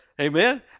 Amen